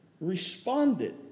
responded